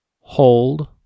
hold